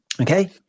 Okay